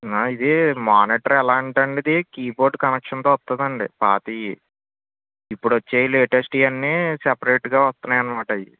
ఇది మానిటర్ ఎలా అంటే అండి ఇది కీబోర్డు కనెక్షన్తో వస్తుందండి పాతవి ఇప్పుడు వచ్చేవి లేటెస్ట్వి అన్ని సెపరేట్గా వస్తున్నాయి అన్నమాట అవి